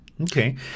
okay